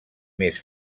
més